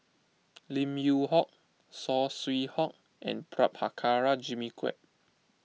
Lim Yew Hock Saw Swee Hock and Prabhakara Jimmy Quek